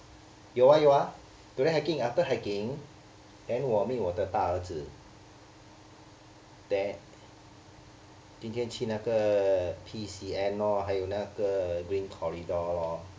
有啊有啊 today hiking after hiking then 我 meet 我的大儿子 then 今天去那个 P_C_N lor 还有那个 green corridor lor